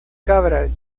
cabras